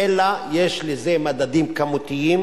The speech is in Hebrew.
אלא יש לזה מדדים כמותיים,